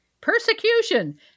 Persecution